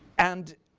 and